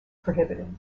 prohibited